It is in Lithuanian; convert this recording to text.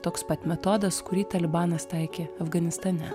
toks pat metodas kurį talibanas taikė afganistane